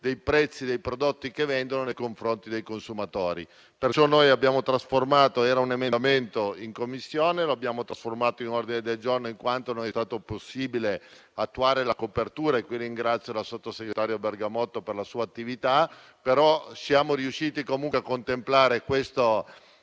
dei prezzi dei prodotti che vendono nei confronti dei consumatori. La misura era inserita in un emendamento presentato in Commissione, che poi abbiamo trasformato in ordine del giorno, in quanto non è stato possibile reperirne la copertura, e qui ringrazio la sottosegretaria Bergamotto per la sua attività. Siamo riusciti comunque a contemplare questo